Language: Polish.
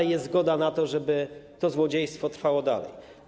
Jest zgoda na to, żeby to złodziejstwo trwało dalej.